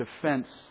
defense